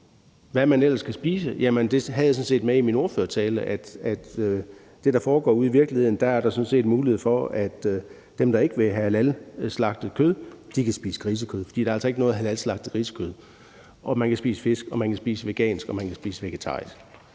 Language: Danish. at jeg sådan set havde det med i min ordførertale. Det, der foregår ude i virkeligheden, er, at dem, der ikke vil have halalslagtet kød, kan spise grisekød, for der er altså ikke noget halalslagtet grisekød. Og man kan spise fisk, og man kan spise vegansk, og man kan spise vegetarisk.